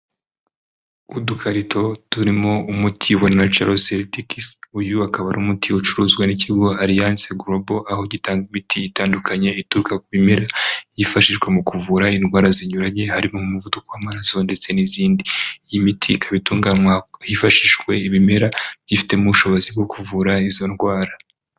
Udukarito turimo umuti wa Natura- Ceuticals. Uyu akaba ari umuti ucuruzwa n'ikigo Alliance Grobal aho gitanga imiti itandukanye ituruka ku bimera, yifashishwa mu kuvura indwara zinyuranye, harimo umuvuduko w'amaraso ndetse n'izindi. Iyi miti ikaba itunganywa hifashishijwe ibimera byifitemo ubushobozi bwo kuvura izo ndwara.